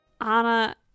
Anna